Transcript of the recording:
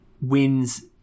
wins